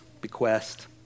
bequest